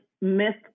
myth